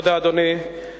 אדוני, תודה.